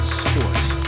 sports